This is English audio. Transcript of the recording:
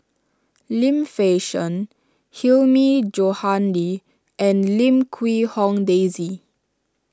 Lim Fei Shen Hilmi Johandi and Lim Quee Hong Daisy